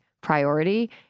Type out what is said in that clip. priority